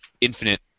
infinite